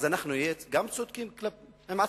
אז נהיה גם צודקים עם עצמנו,